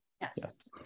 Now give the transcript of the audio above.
Yes